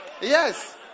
Yes